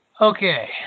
Okay